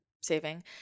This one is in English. saving